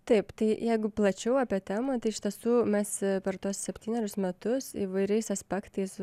taip tai jeigu plačiau apie temą tai iš tiesų mes per tuos septynerius metus įvairiais aspektais